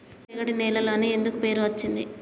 నల్లరేగడి నేలలు అని ఎందుకు పేరు అచ్చింది?